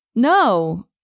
No